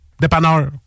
dépanneur